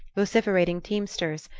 vociferating teamsters,